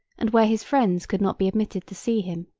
and where his friends could not be admitted to see him.